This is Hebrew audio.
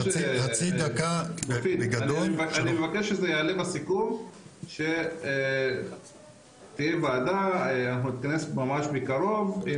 אבל מבקש שיעלה בסיכום שתהיה וועדה ואנחנו נתכנס ממש בקרוב.